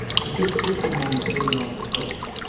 at this critical moment rivenoak approached,